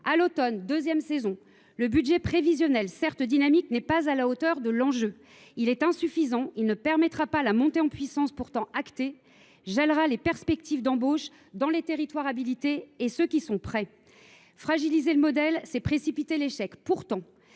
À l’automne, deuxième saison, le budget prévisionnel, certes dynamique, se révèle ne pas être à la hauteur de l’enjeu : il est insuffisant. Il ne permettra pas la montée en puissance pourtant actée du dispositif, gèlera les perspectives d’embauche dans les territoires habilités et dans ceux qui sont prêts à l’être. Fragiliser le modèle, c’est précipiter l’échec. Pourtant,